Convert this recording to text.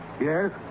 Yes